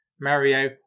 Mario